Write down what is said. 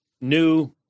new